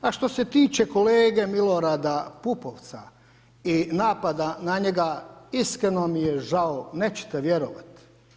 A što se tiče kolege Milorada Pupovca i napada na njega, iskreno mi je žao, nećete vjerovati.